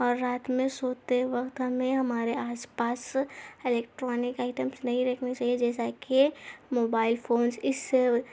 اور رات میں سوتے وقت ہمیں ہمارے آس پاس الیکٹرانک آئٹمس نہیں رکھنے چاہیے جیسا کہ موبائل فونس اس سے